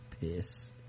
piss